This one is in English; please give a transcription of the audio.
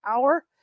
hour